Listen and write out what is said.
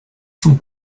son